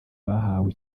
bahawe